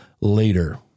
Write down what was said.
later